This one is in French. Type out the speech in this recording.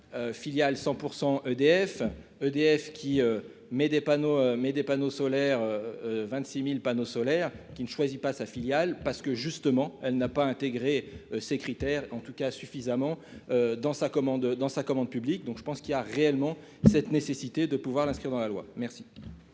qui met des panneaux mais des panneaux solaires 26000 panneaux solaires qui ne choisit pas sa filiale parce que justement elle n'a pas intégré ces critères, en tout cas suffisamment dans sa commande dans sa commande publique, donc je pense qu'il a réellement cette nécessité de pouvoir l'inscrire dans la loi, merci.